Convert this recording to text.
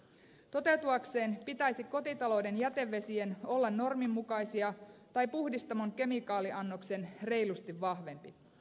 jotta vaatimus toteutuisi pitäisi kotitalouden jätevesien olla norminmukaisia tai puhdistamon kemikaaliannoksen reilusti vahvempi